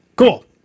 cool